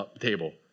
table